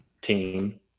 team